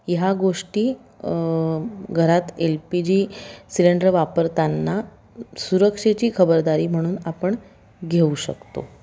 ह्या गोष्टी घरात एल पी जी सिलेंडर वापरतांना सुरक्षेची खबरदारी म्हणून आपण घेऊ शकतो